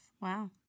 Wow